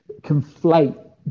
conflate